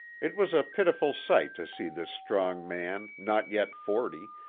it was a pitiful sight to see this strong man, not yet forty,